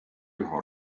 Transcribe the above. üha